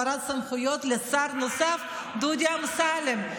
העברת סמכויות לשר נוסף, דודי אמסלם.